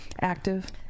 active